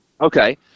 Okay